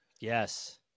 Yes